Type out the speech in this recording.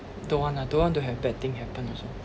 don't want ah don't want to have bad thing happen also